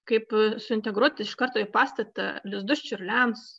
kaip suintegruoti iš karto į pastatą lizdus čiurliams